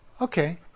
Okay